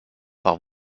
par